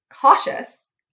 cautious